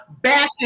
bashing